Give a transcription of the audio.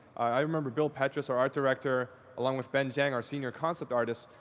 i remember bill petras, our art director, along with ben zhang, our senior concept artist,